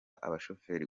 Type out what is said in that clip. abashoferi